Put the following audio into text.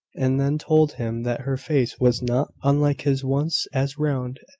and then told him that her face was not unlike his once as round,